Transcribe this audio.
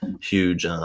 huge